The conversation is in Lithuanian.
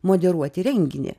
moderuoti renginį